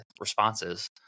responses